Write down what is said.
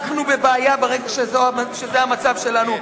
אנחנו בבעיה ברגע שזה המצב שלנו,